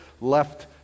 left